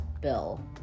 bill